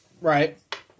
Right